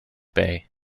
bay